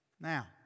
Now